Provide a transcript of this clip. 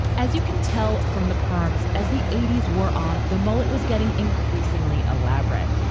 as you can tell, from the perm's. as the eighty s wore on, the mullet was getting increasingly elaborate.